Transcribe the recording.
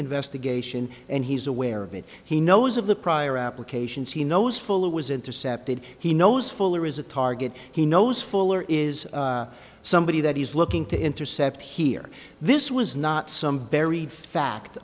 investigation and he's aware of it he knows of the prior applications he knows full it was intercepted he knows fuller is a target he knows fuller is somebody that he's looking to intercept here this was not some buried fact